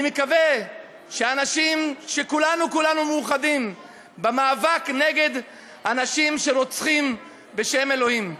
אני מקווה שכולנו כולנו מאוחדים במאבק נגד אנשים שרוצחים בשם אלוהים.